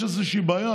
יש איזושהי בעיה,